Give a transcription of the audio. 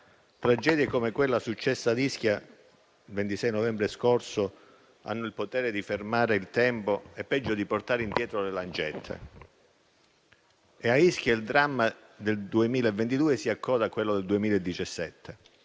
tragedie come quella successa a Ischia il 26 novembre scorso hanno il potere di fermare il tempo e, peggio, di portare indietro le lancette. A Ischia il dramma del 2022 si accoda a quello del 2017: